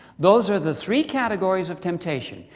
those are the three categories of temptation.